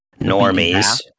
normies